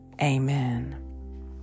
Amen